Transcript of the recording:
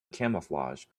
camouflage